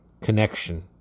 connection